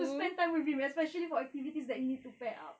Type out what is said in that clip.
to spend time with him especially for activities that he need to pair up